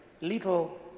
little